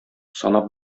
санап